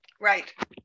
Right